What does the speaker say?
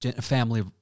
family